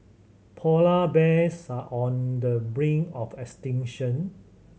polar bears are on the brink of extinction